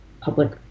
public